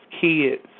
kids